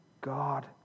God